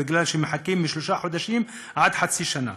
כי מחכים שלושה חודשים עד חצי שנה.